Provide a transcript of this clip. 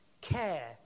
care